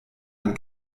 ein